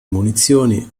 munizioni